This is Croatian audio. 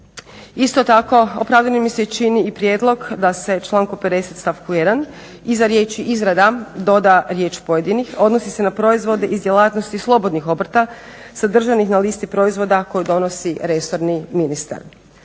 Isto tako opravdanim mi se čini i prijedlog da se članku 50. stavku 1. iza riječi: "izrada" doda riječ "pojedinih", odnosi se na proizvode iz djelatnosti slobodnih obrta sadržanih na listi proizvoda koje donosi resorni ministar.